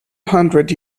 hundred